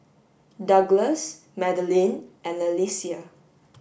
Douglas Madelyn and Alesia